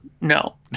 No